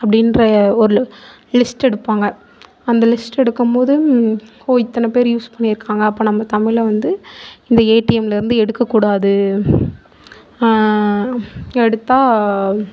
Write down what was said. அப்படின்ற ஒரு லிஸ்ட் எடுப்பாங்க அந்த லிஸ்ட் எடுக்கும் போது ஓ இத்தனை பேர் யூஸ் பண்ணியிருக்காங்க அப்போ நம்ம தமிழை வந்து இந்த ஏடிஎம்மில் இருந்து எடுக்க கூடாது எடுத்தா